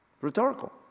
Rhetorical